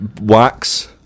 Wax